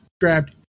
grabbed